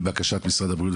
לבקשת משרד הבריאות,